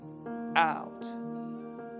out